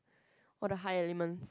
or the high elements